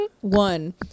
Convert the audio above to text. one